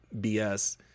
BS